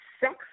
sex